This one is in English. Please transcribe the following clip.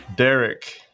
Derek